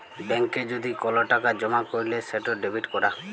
ব্যাংকে যদি কল টাকা জমা ক্যইরলে সেট ডেবিট ক্যরা